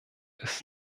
ist